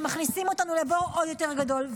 -- שמכניסים אותנו לבור עוד יותר גדול,